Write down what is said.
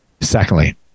Secondly